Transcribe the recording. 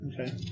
okay